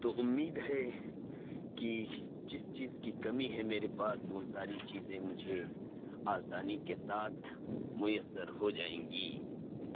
تو امید ہے کہ جس چیز کی کمی ہے میرے پاس وہ ساری چیزیں مجھے آسانی کے ساتھ میسر ہو جائیں گی